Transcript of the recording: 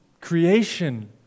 Creation